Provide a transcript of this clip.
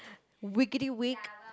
wiggidy wig